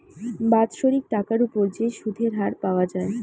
বাৎসরিক টাকার উপর যে সুধের হার পাওয়া যায়